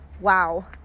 wow